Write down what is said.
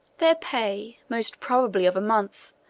their pay, most probably of a month,